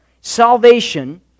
Salvation